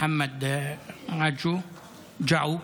מוחמד ג'עו.